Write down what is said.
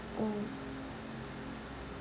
oh